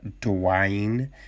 Dwayne